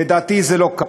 לדעתי זה לא כך.